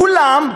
כולם,